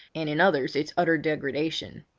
and in others its utter degradation.